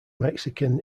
mexican